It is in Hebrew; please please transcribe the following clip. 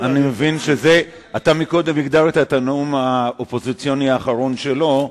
קודם הגדרת את הנאום האופוזיציוני האחרון שלו,